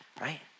Right